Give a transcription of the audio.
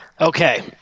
okay